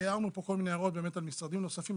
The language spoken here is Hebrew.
הערנו פה כל מיני הערות באמת על משרדים נוספים,